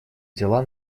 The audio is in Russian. дела